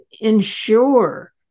ensure